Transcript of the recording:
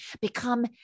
become